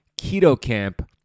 KETOCAMP